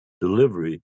delivery